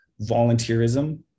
volunteerism